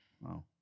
Wow